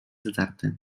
zatarte